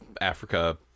Africa